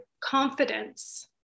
confidence